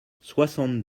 soixante